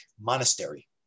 monastery